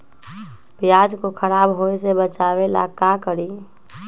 प्याज को खराब होय से बचाव ला का करी?